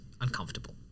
uncomfortable